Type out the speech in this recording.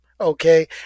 okay